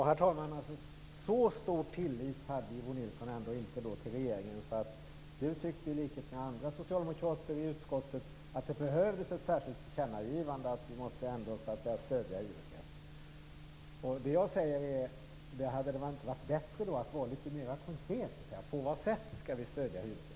Herr talman! Bo Nilsson hade ändå inte en så stor tillit till regeringen. Han tyckte i likhet med andra socialdemokrater i utskottet att det behövdes ett särskilt tillkännagivande för att stödja hyresgästen. Jag undrar om det då inte hade varit bättre att litet mera konkret ange på vilket sätt vi skall stödja hyresgästen.